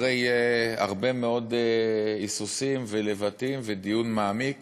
אחרי הרבה מאוד היסוסים ולבטים ודיון מעמיק,